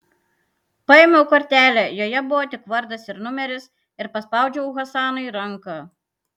paėmiau kortelę joje buvo tik vardas ir numeris ir paspaudžiau hasanui ranką